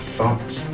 thoughts